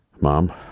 Mom